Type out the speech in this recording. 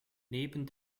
neben